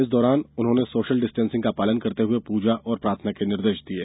इस दौरान उन्होंने सोशल डिस्टेंसिंग का पालन करते हुए पूजा और प्रार्थना के निर्देश दिये